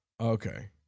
Okay